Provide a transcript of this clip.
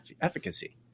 efficacy